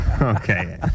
Okay